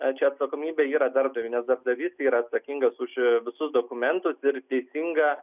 na čia atsakomybė yra darbdaviui nes darbdavys yra atsakingas už visus dokumentus ir teisingą